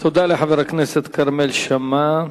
תודה לחבר הכנסת כרמל שאמה.